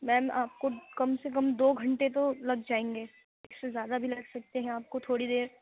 میم پ کو کم سے کم دو گھنٹے تو لگ جائیں گے اس سے زیادہ بھی لگ سکتے ہیں آپ کو تھوڑی دیر